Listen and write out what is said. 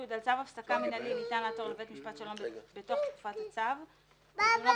על צו הפסקה מינהלי ניתן לעתור לבית משפט שלום בתוך תקופת הצו; בדונו